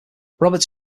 roberts